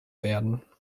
werden